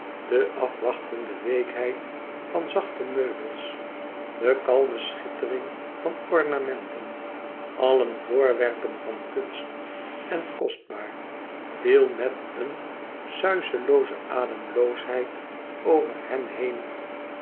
de afwachtende weekheid van zachte meubels de kalme schittering van ornamenten allen voorwerpen van kunst en kostbaar viel met eene suiselooze ademloosheid over hem heen